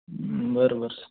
बरं बरं सर